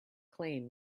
claim